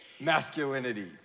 masculinity